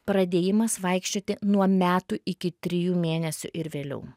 pradėjimas vaikščioti nuo metų iki trijų mėnesių ir vėliau